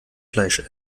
fleisch